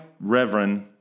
Reverend